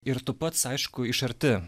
ir tu pats aišku iš arti